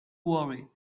worry